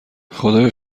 خدایا